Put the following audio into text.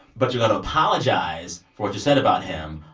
but you got to apologize for what you said about him.